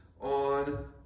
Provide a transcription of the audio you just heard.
on